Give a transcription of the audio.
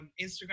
Instagram